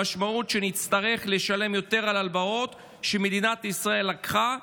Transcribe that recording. המשמעות שלה היא שנצטרך לשלם יותר על הלוואות שמדינת ישראל לקחה,